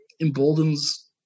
emboldens